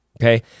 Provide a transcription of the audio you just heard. Okay